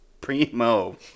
Primo